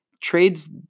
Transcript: trades